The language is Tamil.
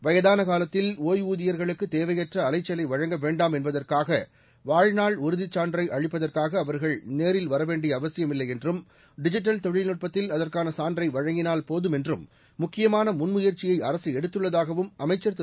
வயதான காலத்தில் ஒய்வூதியர்களுக்கு தேவையற்ற அலைச்சலை வழங்க வேண்டாம் என்பதற்காக வாழ்நாள் உறுதிச் சான்றை அளிப்பதற்காக அவர்கள் நேரில் வரவேண்டிய அவசியமில்லை என்றும் டிஜிட்டல் தொழில் நுட்பத்தில் அதற்கான சான்றை வழங்கினால் போதும் என்றும் முக்கியமான முன்முயற்சியை அரசு எடுத்துள்ளதாகவும் அமைச்சர் திரு